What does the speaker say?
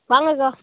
வாங்கக்கா